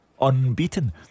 Unbeaten